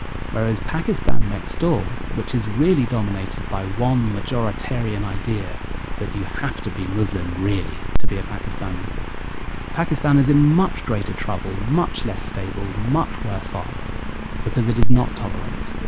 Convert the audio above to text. whereas pakistan next door, which is really dominated by one majoritarian idea that you have to be muslim, really, to be a pakistani pakistan is in much greater trouble, much less stable, much worse off because it is not tolerant.